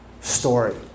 story